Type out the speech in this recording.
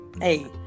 Hey